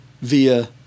via